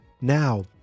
now